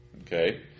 Okay